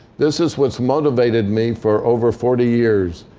this is what's motivated me for over forty years.